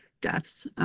deaths